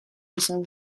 izan